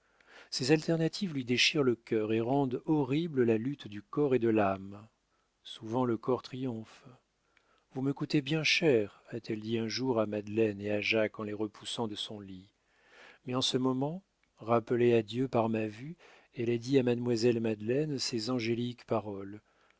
ces alternatives lui déchirent le cœur et rendent horrible la lutte du corps et de l'âme souvent le corps triomphe vous me coûtez bien cher a-t-elle dit un jour à madeleine et à jacques en les repoussant de son lit mais en ce moment rappelée à dieu par ma vue elle a dit à mademoiselle madeleine ces angéliques paroles